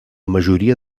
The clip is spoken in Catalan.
majoria